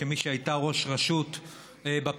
כמי שהייתה ראש רשות בפריפריה,